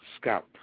Scout